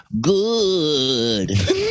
good